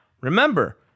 remember